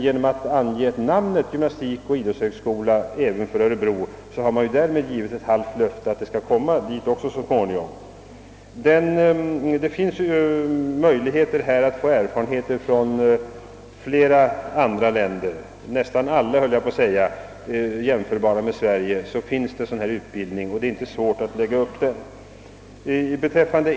Genom att ange namnet gymnastikoch idrottshögskola även för Örebro har man emellertid givit ett halvt löfte om att en sådan utbildning så småningom även skall förläggas dit. Det finns möjligheter att skaffa sig erfarenheter från flera andra länder — jag höll nästan på att säga alla länder — och det är alltså inte svårt att lägga upp denna utbildning som sådan.